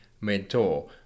mentor